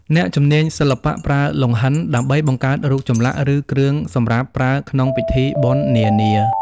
អ្នកជំនាញសិល្បៈប្រើលង្ហិន ដើម្បីបង្កើតរូបចម្លាក់ឬគ្រឿងសម្រាប់ប្រើក្នុងពិធីបុណ្យនានា។